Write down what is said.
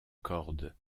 corde